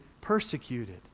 persecuted